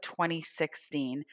2016